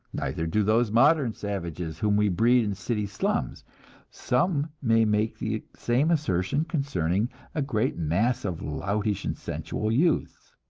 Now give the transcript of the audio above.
neither do those modern savages whom we breed in city slums some may make the same assertion concerning a great mass of loutish and sensual youths.